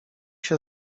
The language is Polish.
się